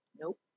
Nope